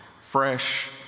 fresh